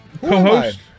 co-host